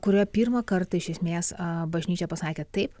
kurioje pirmą kartą iš esmės a bažnyčia pasakė taip